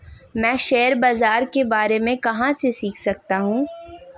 मैं शेयर बाज़ार के बारे में कहाँ से सीख सकता हूँ?